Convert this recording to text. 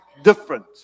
different